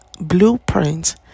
blueprint